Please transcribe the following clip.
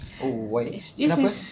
oh why kenapa